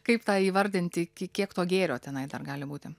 kaip tą įvardinti kiek to gėrio tenai dar gali būti